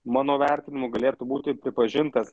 mano vertinimu galėtų būti pripažintas